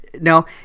No